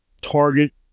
target